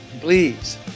Please